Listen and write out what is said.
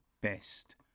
best